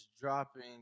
dropping